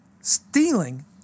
Stealing